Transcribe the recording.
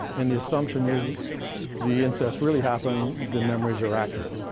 and the assumption is the incest really happened, the memories are accurate.